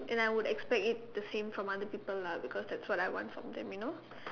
and I would expect it the same from other people lah because that's what I want from them you know